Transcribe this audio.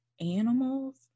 animals